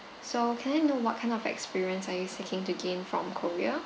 so can I know what kind of experience are you seeking to gain from korea